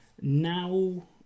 Now